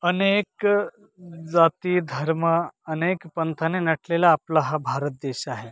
अनेक जाती धर्म अनेक पंथाने नटलेला आपला हा भारत देश आहे